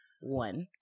One